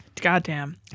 Goddamn